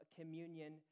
communion